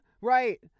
Right